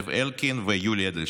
זאב אלקין ויולי אדלשטיין.